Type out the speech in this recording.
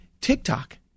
TikTok